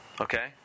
Okay